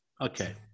okay